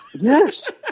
yes